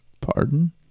Pardon